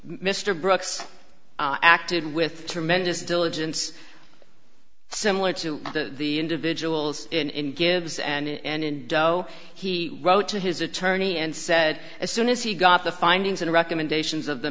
mr brooks acted with tremendous diligence similar to the individuals in gives and so he wrote to his attorney and said as soon as he got the findings and recommendations of the